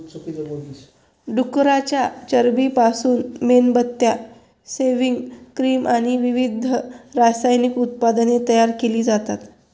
डुकराच्या चरबीपासून मेणबत्त्या, सेव्हिंग क्रीम आणि विविध रासायनिक उत्पादने तयार केली जातात